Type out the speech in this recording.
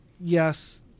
yes